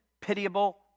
pitiable